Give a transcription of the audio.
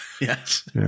yes